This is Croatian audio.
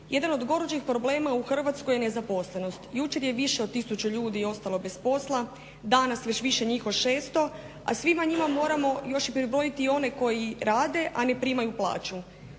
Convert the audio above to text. Jedan od gorućih problema u Hrvatskoj je nezaposlenost. Jučer je više od tisuću ljudi ostalo bez posla, danas već više njih od 600, a svima njima moramo još i pribrojiti one koji rade, a ne primaju plaću.